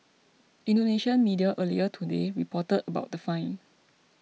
Indonesian media earlier today reported about the fine